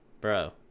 Bro